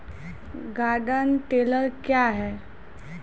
Garden tiller क्या हैं?